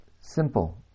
simple